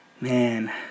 man